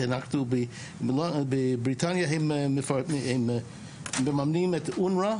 כי בבריטניה הם מממנים את אונר"א,